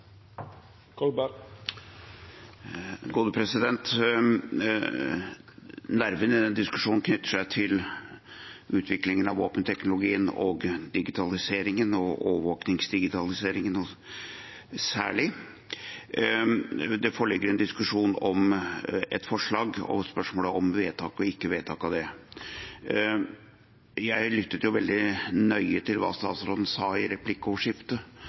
Nerven i denne diskusjonen knytter seg til utviklingen av våpenteknologien og digitaliseringen, og overvåkningsdigitaliseringen særlig. Det foreligger en diskusjon om et forslag og spørsmålet om vedtak eller ikke vedtak av det. Jeg lyttet veldig nøye til hva utenriksministeren sa i replikkordskiftet,